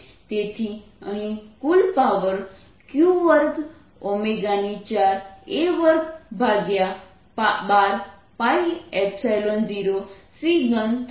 તેથી અહીં કુલ પાવર q2 4 A212 π 0 c3 થશે